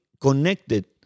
connected